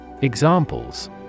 Examples